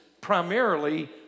primarily